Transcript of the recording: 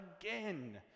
again